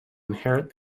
inherit